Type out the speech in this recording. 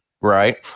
Right